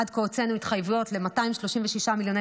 עד כה הוצאנו התחייבויות ל-236 מיליוני